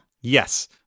Yes